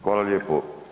Hvala lijepo.